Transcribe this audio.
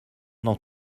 dans